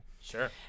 Sure